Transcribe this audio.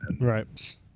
Right